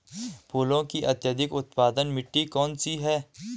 फूलों की अत्यधिक उत्पादन मिट्टी कौन सी है?